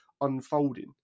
unfolding